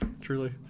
truly